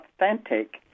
authentic